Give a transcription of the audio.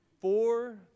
four